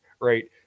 right